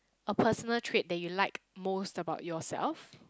a personal trait that you like most about yourself